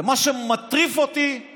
ומה שמטריף אותי הוא